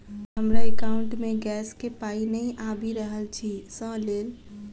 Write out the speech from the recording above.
हमरा एकाउंट मे गैस केँ पाई नै आबि रहल छी सँ लेल?